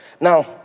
Now